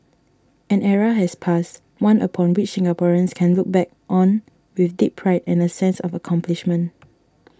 an era has passed one upon which Singaporeans can look back on with deep pride and a sense of accomplishment